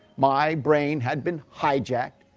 my brain had been hijacked,